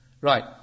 Right